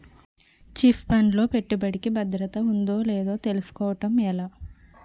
Chit fund లో పెట్టుబడికి భద్రత ఉందో లేదో తెలుసుకోవటం ఎలా?